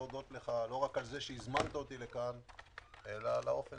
לא רק על שהזמנת אותי לכאן אלא על האופן